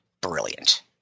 brilliant